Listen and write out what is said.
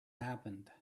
happened